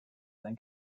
sein